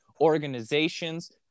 organizations